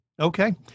Okay